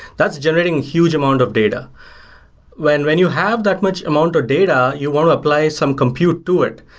that's generating huge amount of data when when you have that much amount of data, you want to apply some compute to it,